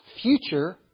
future